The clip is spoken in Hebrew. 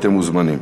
אתם מוזמנים.